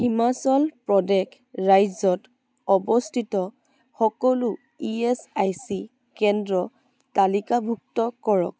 হিমাচল প্ৰদেশ ৰাজ্যত অৱস্থিত সকলো ই এছ আই চি কেন্দ্ৰ তালিকাভুক্ত কৰক